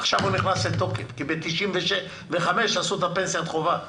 עכשיו הוא נכנס לתוקף כי ב-1995 עשו פנסיית חובה.